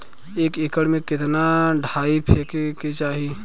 एक एकड़ में कितना डाई फेके के चाही?